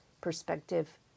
perspective